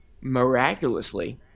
miraculously